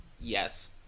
Yes